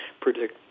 predict